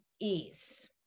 ease